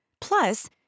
Plus